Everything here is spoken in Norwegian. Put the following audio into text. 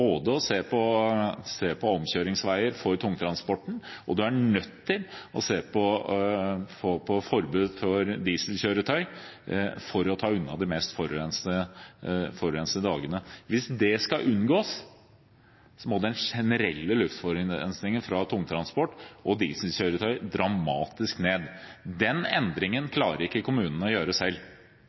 å se på både omkjøringsveier for tungtransporten og forbud mot dieselkjøretøy for å ta unna de mest forurensede dagene. Hvis dette skal unngås, må den generelle luftforurensningen fra tungtransport og dieselkjøretøy dramatisk ned. Denne endringen klarer ikke kommunene å gjøre selv.